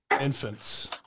infants